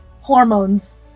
Hormones